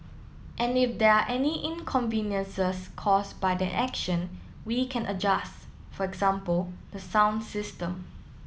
and if there are any inconveniences caused by that action we can adjust for example the sound system